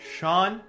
Sean